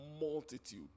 multitude